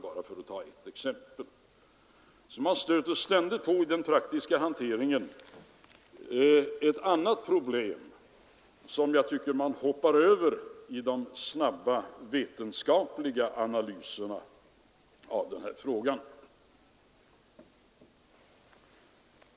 I den praktiska hanteringen stöter vi alltså ständigt på ett annat problem, som jag tycker att man hoppar över i de snabba vetenskapliga analyserna av den här frågan.